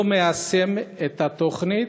לא מיישם את התוכנית,